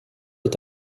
est